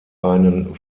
einen